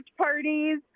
parties